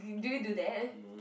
do you do you do that